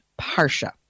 Parsha